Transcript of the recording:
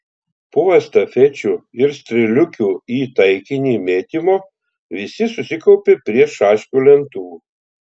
po estafečių ir strėliukių į taikinį mėtymo visi susikaupė prie šaškių lentų